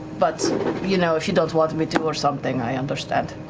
but you know, if you don't want me to or something, i understand.